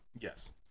yes